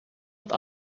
het